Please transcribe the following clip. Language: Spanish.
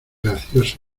gracioso